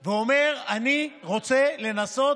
ואומר: אני רוצה לנסות